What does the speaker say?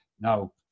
Now